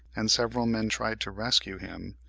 and several men tried to rescue him,